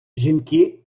жінки